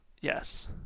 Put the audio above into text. Yes